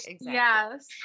Yes